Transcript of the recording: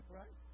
right